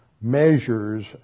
measures